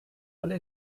alle